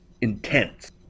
intense